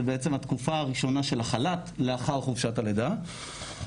בעצם התקופה הראשונה של החל"ת לאחר חופשת הלידה.